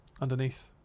underneath